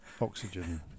oxygen